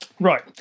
Right